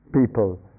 people